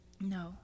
no